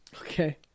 Okay